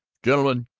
gentlemen,